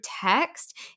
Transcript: text